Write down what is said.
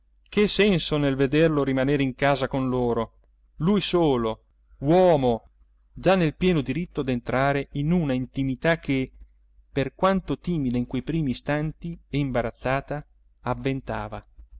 che senso nel vederlo rimanere in casa con loro lui solo uomo già nel pieno diritto d'entrare in una intimità che per quanto timida in quei primi istanti e imbarazzata avventava